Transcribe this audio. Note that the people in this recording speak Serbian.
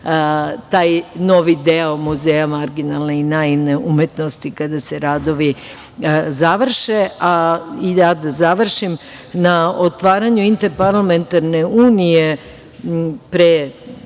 taj novi deo Muzeja marginalne i naivne umetnosti kada se radovi završe i ja da završim. Na otvaranju Interparlamentarne unije, pre